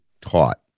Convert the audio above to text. taught